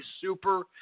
super